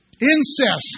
Incest